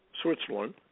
Switzerland